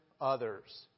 others